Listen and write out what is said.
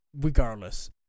Regardless